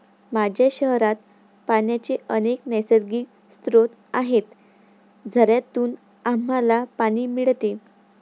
माझ्या शहरात पाण्याचे अनेक नैसर्गिक स्रोत आहेत, झऱ्यांतून आम्हाला पाणी मिळते